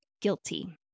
guilty